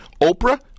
Oprah